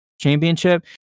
championship